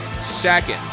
second